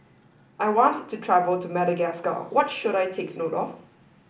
I want to travel to Madagascar what should I take note of